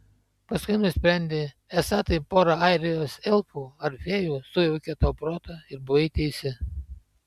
paskui nusprendei esą tai pora airijos elfų ar fėjų sujaukė tau protą ir buvai teisi